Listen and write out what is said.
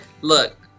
look